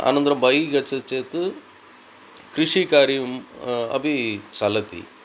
अनन्तरं बहिः गच्छति चेत् कृषिकार्यम् अपि चलति